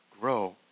grow